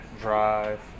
drive